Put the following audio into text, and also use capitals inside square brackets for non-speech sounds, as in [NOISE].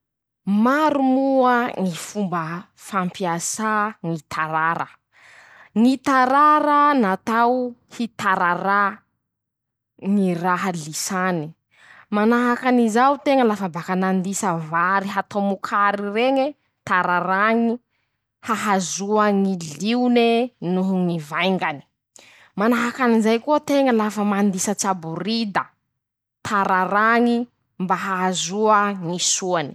Maro moa ñy fomba fampiasà ñy tarara: -ñy tarara natao hitararà ñy raha lisàny. [SHUSHES] manahaky anizao teña lafa baka nandisa vary hatao mokary reñe. tararàñy hahazoa ñy lione noho ñy vaingany. [SHUSHES] manahaky anizay koa teña lafa mandisa tsaborida. taràrañy. mba hahazoa ñy soany.